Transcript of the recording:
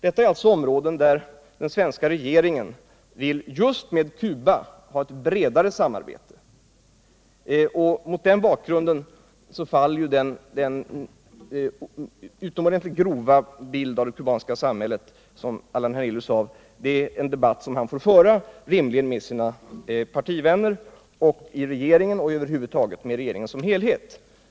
Det är områden, där den svenska regeringen vill just med Cuba ha ett bredare samarbete. Mot den bakgrunden faller den utomordentligt grova bild av det kubanska samhället som Allan Hernelius gav. Det hör till en debatt som Allan Hernelius rimligen får föra med sina partivänner i regeringen och över huvud taget med regeringen som helhet.